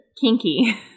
Kinky